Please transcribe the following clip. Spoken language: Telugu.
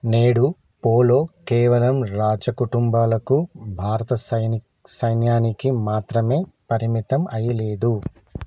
నేడు పోలో కేవలం రాజ కుటుంబాలకు భారత సైని సైన్యానికి మాత్రమే పరిమితం అయి లేదు